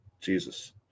Jesus